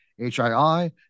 HII